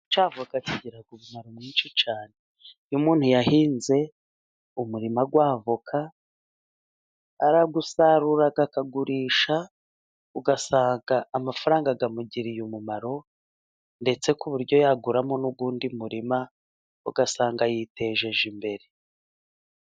Igiti cya voka kigira umumaro mwinshi cyane. Iyo umuntu yahinze umurima w'avoka arawusarurara, akagurisha, ugasanga amafaranga amugiriye umumaro, ndetse ku buryo yaguramo n'undi murima ugasanga yiteje imbere.